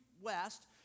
West